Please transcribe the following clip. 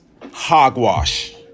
hogwash